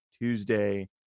Tuesday